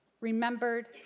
remembered